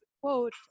quote